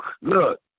Look